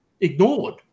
ignored